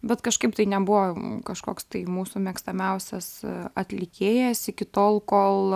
bet kažkaip tai nebuvo kažkoks tai mūsų mėgstamiausias atlikėjas iki tol kol